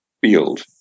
field